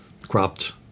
cropped